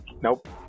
Nope